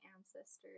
ancestors